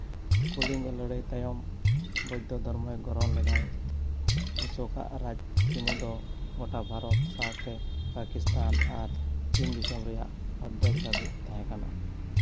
ᱠᱚᱞᱤᱝᱜᱚ ᱞᱟᱹᱲᱦᱟᱹᱭ ᱛᱟᱭᱚᱢ ᱵᱳᱫᱽᱫᱷᱚ ᱫᱷᱚᱨᱢᱚᱭ ᱜᱨᱚᱦᱚᱱ ᱞᱮᱫᱟᱭ ᱚᱥᱳᱠᱟᱜ ᱨᱟᱡᱽ ᱥᱤᱢᱟᱹ ᱫᱚ ᱜᱚᱴᱟ ᱵᱷᱟᱨᱚᱛ ᱥᱟᱶᱛᱮ ᱯᱟᱠᱤᱥᱛᱷᱟᱱ ᱟᱨ ᱪᱤᱱ ᱫᱤᱥᱳᱢ ᱨᱮᱭᱟᱜ ᱚᱨᱫᱷᱮᱠ ᱫᱷᱟᱹᱵᱤᱡ ᱛᱟᱦᱮᱸ ᱠᱟᱱᱟ